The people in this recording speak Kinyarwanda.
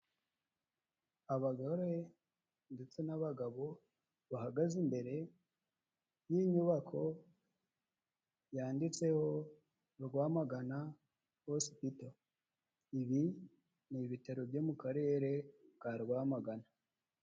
Abagore ndetse n'abagabo bahagaze imbere y'inyubako, yanditseho Rwamagana hosipito, ibi ni ibitaro byo mu karere ka Rwamagana.